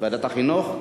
ועדת החינוך?